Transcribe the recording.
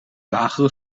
lagere